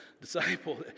Disciple